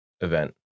event